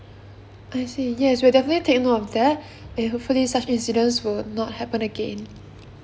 I see yes we'll take note of that and hopefully such incidents will not happen again